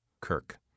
Kirk